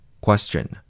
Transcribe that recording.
Question